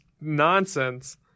nonsense